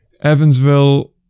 Evansville